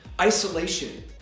isolation